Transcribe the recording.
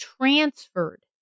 transferred